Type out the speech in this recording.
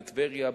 בטבריה,